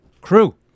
crew